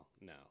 No